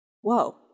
Whoa